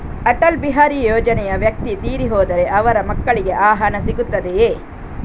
ಅಟಲ್ ಬಿಹಾರಿ ಯೋಜನೆಯ ವ್ಯಕ್ತಿ ತೀರಿ ಹೋದರೆ ಅವರ ಮಕ್ಕಳಿಗೆ ಆ ಹಣ ಸಿಗುತ್ತದೆಯೇ?